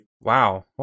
Wow